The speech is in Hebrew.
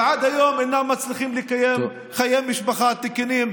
ועד היום אינם מצליחים לקיים חיי משפחה תקינים.